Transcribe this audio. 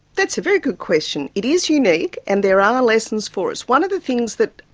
that's a very good question. it is unique and there are lessons for us. one of the things that,